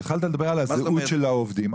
שהתחלת לדבר על הזהות של העובדים,